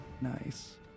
Nice